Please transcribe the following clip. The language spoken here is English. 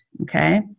okay